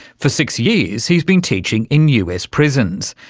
for six years he's been teaching in us prisons.